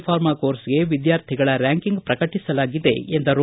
pharma ಕೋರ್ಸ್ಗೆ ವಿದ್ಯಾರ್ಥಿಗಳ ranking ಪ್ರಕಟಿಸಲಾಗಿದೆ ಎಂದರು